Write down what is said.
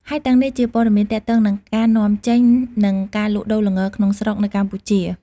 ហើយទាំងនេះជាព័ត៌មានទាក់ទងនឹងការនាំចេញ និងការលក់ដូរល្ងក្នុងស្រុកនៅកម្ពុជា។